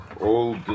old